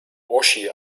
oschi